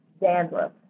dandruff